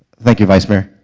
thank you, vice mayor.